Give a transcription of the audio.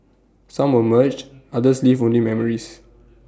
some were merged others leave only memories